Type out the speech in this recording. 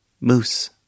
Moose